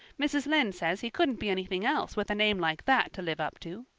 mrs. lynde says he couldn't be anything else with a name like that to live up to.